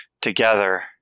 together